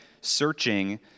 searching